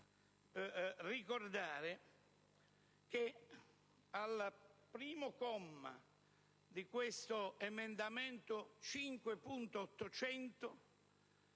ricordare che al primo comma di questo emendamento 5.800